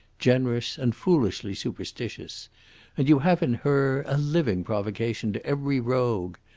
generous, and foolishly superstitious and you have in her a living provocation to every rogue.